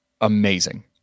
amazing